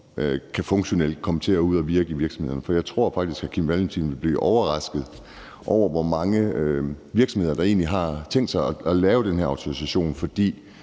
være funktionelle og komme til at virke ude i virksomhederne. Jeg tror faktisk, at hr. Carl Valentin ville blive overrasket over, hvor mange virksomheder der egentlig har tænkt sig at lave den her autorisation, for